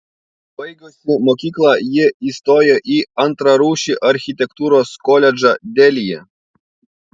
baigusi mokyklą ji įstojo į antrarūšį architektūros koledžą delyje